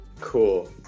Cool